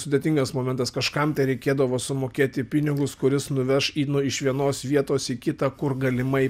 sudėtingas momentas kažkam tai reikėdavo sumokėti pinigus kuris nuveš nu iš vienos vietos į kitą kur galimai